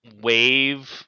wave